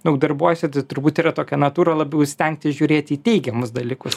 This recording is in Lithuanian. daug darbuojuosi turbūt yra tokia natūra labiau stengtis žiūrėti į teigiamus dalykus